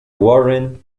warren